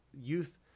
youth